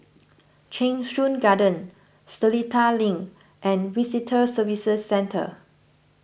Cheng Soon Garden Seletar Link and Visitor Services Centre